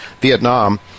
Vietnam